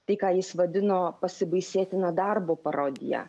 tai ką jis vadino pasibaisėtina darbo parodija